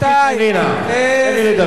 אֻסְכֻּתְ תן לי לדבר.